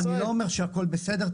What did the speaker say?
אני לא אומר שהכול בסדר,